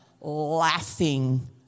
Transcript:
laughing